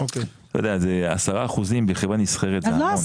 10 אחוזים בחברה נסחרת, זה המון.